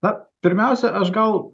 na pirmiausia aš gal